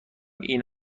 این